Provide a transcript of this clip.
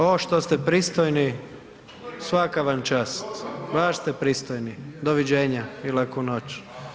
O što ste pristojni, svaka vam čast, baš ste pristojni, doviđenja i laku noć.